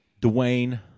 Dwayne